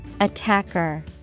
Attacker